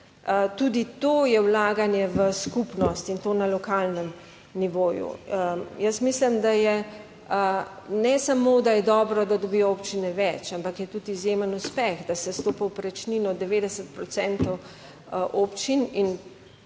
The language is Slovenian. tudi to je vlaganje v skupnost in to na lokalnem nivoju. Jaz mislim, da je, ne samo da je dobro, da dobijo občine več, ampak je tudi izjemen uspeh, da se s to povprečnino 90 procentov